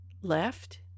left